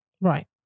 Right